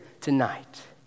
tonight